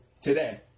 today